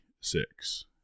six